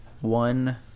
one